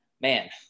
Man